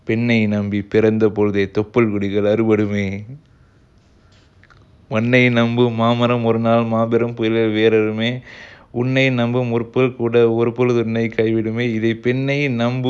if you really listen to the lyrics it's quite it's quite a powerful but of course it's again it's a bit skewed the sense that it's you know it's it's as the other extreme like !hey! why should we trust all women